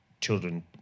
children